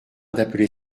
d’appeler